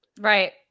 Right